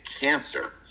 cancer